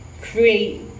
create